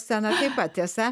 sceną taip pat tiesa